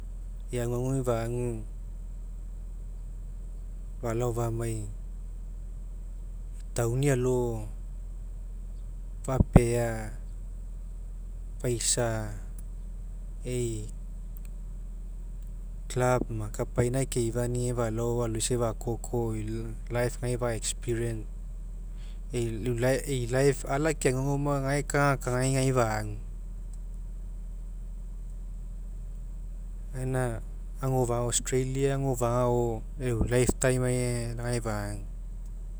Ei aguaguai fagu falao faniai towa'i alo fapea faisa ei club ma kepaina keifani'i aga falao aloisai fakoke laife gae fa experience ei lai ei life gaina ala keaguagu oma aga ei kagakagai gae fagu gaina agofa'a australia agofa'a ao eu life time ai aga lau gae fagu